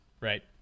Right